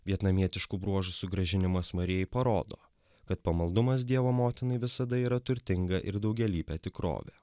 vietnamietiškų bruožų sugrąžinimas marijai parodo kad pamaldumas dievo motinai visada yra turtinga ir daugialypė tikrovė